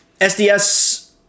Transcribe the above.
SDS